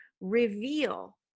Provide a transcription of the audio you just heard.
reveal